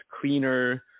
cleaner